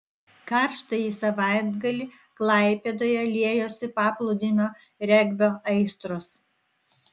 karštąjį savaitgalį klaipėdoje liejosi paplūdimio regbio aistros